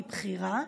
מבחירה,